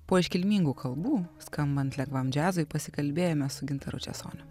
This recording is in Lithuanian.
po iškilmingų kalbų skambant lengvam džiazui pasikalbėjome su gintaru česoniu